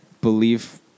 believe